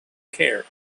care